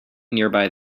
nearby